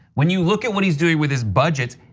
when you look at what he's doing with his budgets,